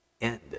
end